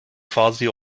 quasi